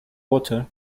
water